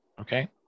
Okay